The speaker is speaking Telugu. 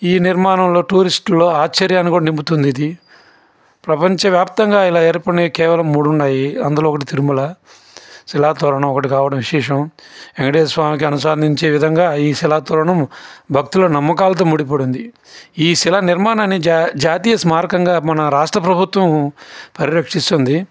ఈ నిర్మాణంలో టూరిస్టులు ఆశ్చర్యాన్ని కూడా నింపుతుంది ఇది ప్రపంచవ్యాప్తంగా ఇలా ఏర్పడినవి కేవలం మూడున్నాయి అందులో ఒకటి తిరుమల శిలా తోరణం ఒకటి కావడం విశేషం వెంకటేశ్వర స్వామికి అనుసరించే విధంగా ఈ శిలా తోరణం భక్తుల నమ్మకాలతో ముడిపడి ఉంది ఈ శిలా నిర్మాణాన్ని జా జాతీయ స్మారకంగా మన రాష్ట్ర ప్రభుత్వం పరిరక్షిస్తుంది